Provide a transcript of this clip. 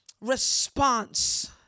response